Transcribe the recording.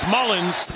Mullins